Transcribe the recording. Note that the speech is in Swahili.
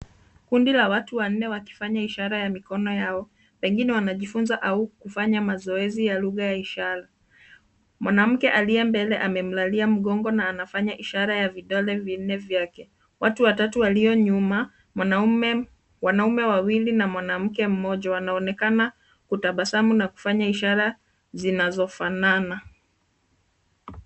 Kundi la watu wanne wakifanya ishara ya mikono yao, wengine wanajifunza au kufanya mazoezi ya lugha ya ishara. Mwanamke aliye mbele amemlalia mgongo na anafanya ishara ya vidole vinne vyake. Watu watatu walio nyuma, wanaume wawili na mwanamke mmoja wanaonekana kutabasamu na kufanya ishara zinazofanana.